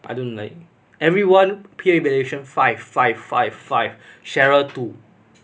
I don't like everyone peer evaluation five five five five cheryl two